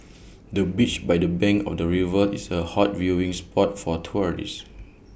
the beach by the bank of the river is A hot viewing spot for tourists